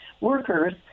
workers